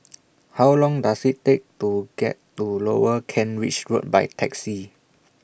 How Long Does IT Take to get to Lower Kent Ridge Road By Taxi